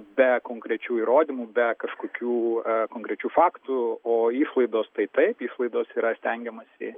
be konkrečių įrodymų be kažkokių konkrečių faktų o išlaidos taip taip išlaidos yra stengiamasi